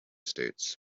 states